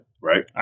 right